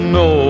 no